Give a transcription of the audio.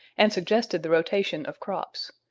and suggested the rotation of crops.